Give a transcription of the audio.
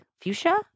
fuchsia